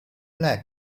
like